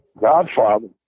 Godfather